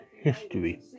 history